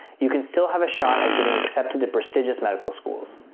you can still have a shot at getting accepted to prestigious medical schools.